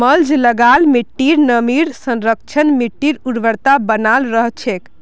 mulch लगा ल मिट्टीर नमीर संरक्षण, मिट्टीर उर्वरता बनाल रह छेक